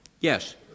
Yes